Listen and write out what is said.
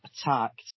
attacked